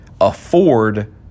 afford